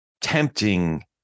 tempting